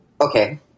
Okay